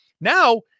Now